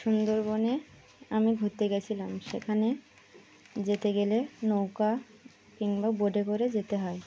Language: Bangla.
সুন্দরবনে আমি ঘুরতে গিয়েছিলাম সেখানে যেতে গেলে নৌকা কিংবা বোটে করে যেতে হয়